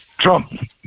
Trump